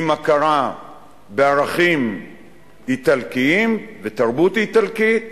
עם הכרה בערכים איטלקיים ותרבות איטלקית.